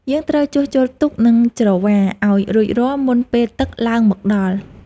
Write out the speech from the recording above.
យើងត្រូវជួសជុលទូក និងច្រវាឱ្យរួចរាល់មុនពេលទឹកឡើងមកដល់។